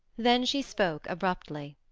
then she spoke abruptly.